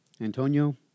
Antonio